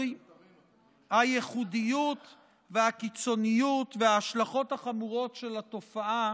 הייחודיות והקיצוניות וההשלכות החמורות של התופעה,